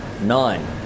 nine